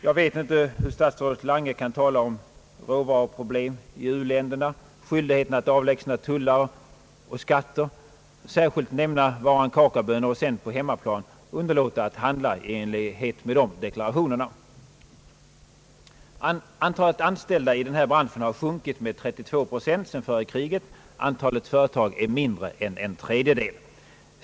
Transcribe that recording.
Jag vet inte hur statsrådet Lange kan tala om råvaruproblemen i u-länderna, skyldigheten att avlägsna hindrande tullar och skatter, särskilt nämna varan kakaobönor och sedan på hemmaplan underlåta att handla enligt de egna deklarationerna. Antalet anställda i denna bransch har sjunkit med 32 procent sedan före kriget. Antalet företag är mindre än en tredjedel.